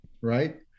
right